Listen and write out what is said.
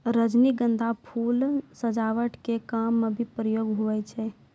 रजनीगंधा फूल सजावट के काम मे भी प्रयोग हुवै छै